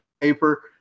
paper